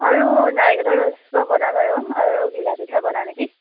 আৰু নাৰিকলৰ বনাম আৰু আৰু ঘিলাপিঠা বনাওঁ নেকি